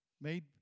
made